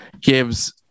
gives